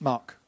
Mark